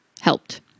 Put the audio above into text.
helped